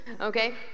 Okay